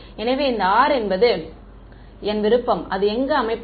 எனவே இந்த r என்பது என் விருப்பம் அதை எங்கு அமைப்பது